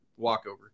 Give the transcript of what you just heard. walkover